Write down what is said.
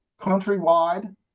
countrywide